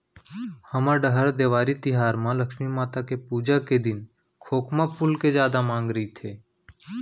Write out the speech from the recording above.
हमर डहर देवारी तिहार म लक्छमी माता के पूजा के दिन खोखमा फूल के जादा मांग रइथे